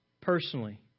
personally